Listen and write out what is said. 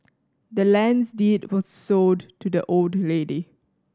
the land's deed was sold to the old lady